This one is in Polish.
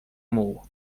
muł